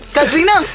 Katrina